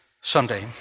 Sunday